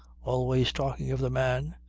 always talking of the man,